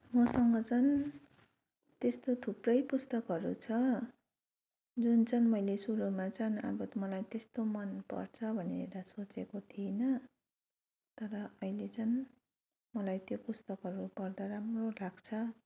मसँग चाहिँ त्यस्तो थुप्रै पुस्तकहरू छ जुन चाहिँ मैले सुरूमा चाहिँ अब त मलाई त्यस्तो मन पर्छ भनेर सोचेको थिइनँ तर अहिले चाहिँ मलाई त्यो पुस्तकहरू पढ्दा राम्रो लाग्छ